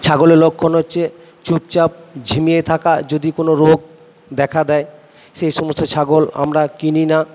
ছাগলের লক্ষণ হচ্ছে চুপচাপ ঝিমিয়ে থাকা যদি কোনো রোগ দেখা দেয় সেই সমস্ত ছাগল আমরা কিনি না